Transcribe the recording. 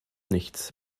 nichts